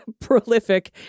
prolific